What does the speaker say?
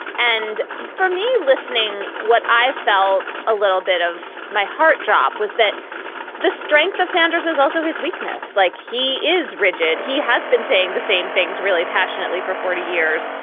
and for me, listening what i felt a little bit of my heart drop was that the strength of sanders is also his weakness. like he is rigid. he has been saying the same things really passionately for forty years.